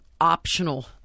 optional